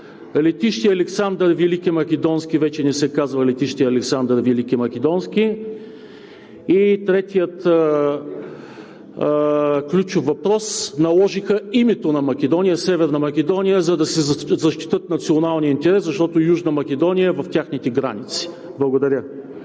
летище „Александър Велики Македонски“. И третият ключов въпрос – наложиха името на Македония – Северна Македония, за да си защитят националния интерес, защото Южна Македония е в техните граници. Благодаря.